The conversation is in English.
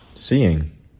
seeing